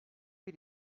bir